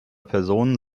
personen